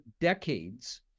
decades